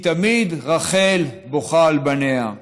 כי תמיד רחל בוכה על בניה.